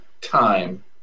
time